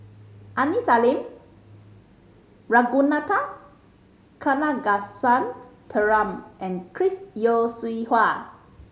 Aini Salim Ragunathar Kanagasuntheram and Chris Yeo Siew Hua